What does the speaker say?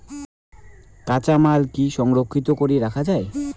কাঁচামাল কি সংরক্ষিত করি রাখা যায়?